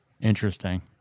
Interesting